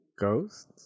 Ghosts